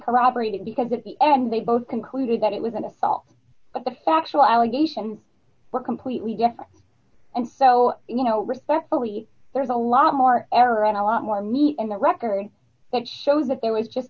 corroborated because at the end they both concluded that it was an assault but the factual allegation were completely different and so you know respectfully there's a lot more air and a lot more meat in the record that shows that there was just